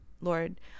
Lord